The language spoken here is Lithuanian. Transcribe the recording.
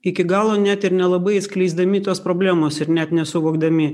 iki galo net ir nelabai atskleisdami tos problemos ir net nesuvokdami